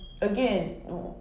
again